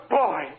boy